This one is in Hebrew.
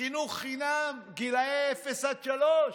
חינוך חינם לגילאי אפס עד שלוש,